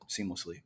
seamlessly